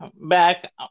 back